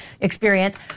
experience